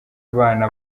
abana